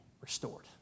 restored